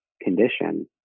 condition